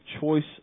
choice